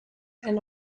and